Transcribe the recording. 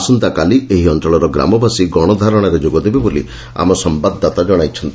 ଆସନ୍ତାକାଲି ଏହି ଅଞ୍ଞଳର ଗ୍ରାମବାସୀ ଗଣଧାରଶାରେ ଯୋଗଦେବେ ବୋଲି ଆମ ସମ୍ୟାଦଦାତା ଜଣାଇଛନ୍ତି